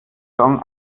song